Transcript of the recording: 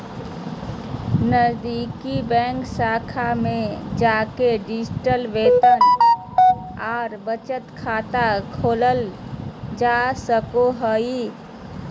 नजीदीकि बैंक शाखा में जाके डिजिटल वेतन आर बचत खाता खोलल जा सको हय